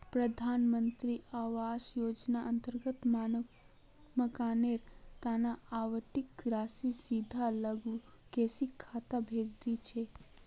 प्रधान मंत्री आवास योजनार अंतर्गत मकानेर तना आवंटित राशि सीधा लाभुकेर खातात भेजे दी छेक